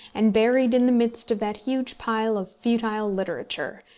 and buried in the midst of that huge pile of futile literature,